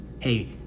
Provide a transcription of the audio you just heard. Hey